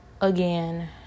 again